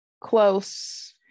close